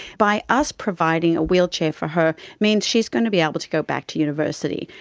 by us providing a wheelchair for her means she is going to be able to go back to university.